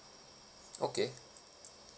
okay